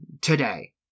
today